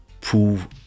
prove